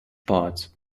parts